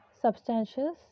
substantial